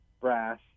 brass